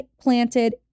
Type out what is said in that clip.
planted